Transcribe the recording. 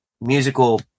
musical